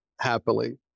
happily